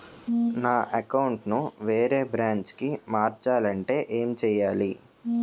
నా అకౌంట్ ను వేరే బ్రాంచ్ కి మార్చాలి అంటే ఎం చేయాలి?